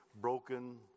broken